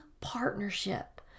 partnership